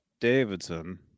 davidson